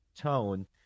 tone